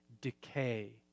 decay